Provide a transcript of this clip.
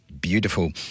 beautiful